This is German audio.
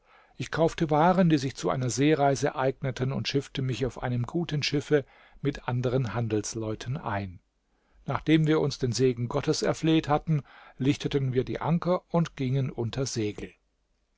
ich kaufte waren die sich zu einer seereise eigneten und schiffte mich auf einem guten schiffe mit anderen handelsleuten ein nachdem wir uns den segen gottes erfleht hatten lichteten wir die anker und gingen unter segel